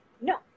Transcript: no